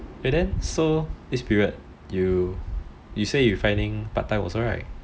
wait then so this period you say you finding part time also right